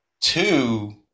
Two